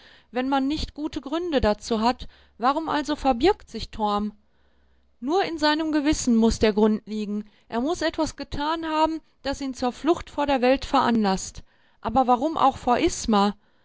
wenn man nicht gute gründe dazu hat warum also verbirgt sich torm nur in seinem gewissen muß der grund liegen er muß etwas getan haben das ihn zur flucht vor der welt veranlaßt aber warum auch vor